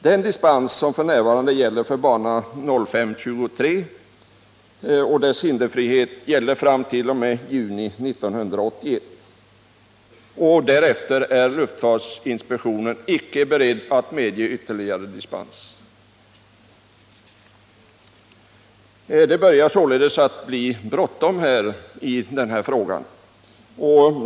Den dispens som f. n. gäller för bana 05/23 och dess hinderfrihet gäller t.o.m. juni 1981. Därefter är luftfartsinspektionen icke beredd att medge ytterligare dispens. Det börjar således bli bråttom med den här frågan.